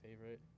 favorite